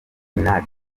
minaj